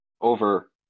over